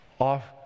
off